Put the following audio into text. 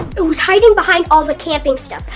it was hiding behind all the camping stuff.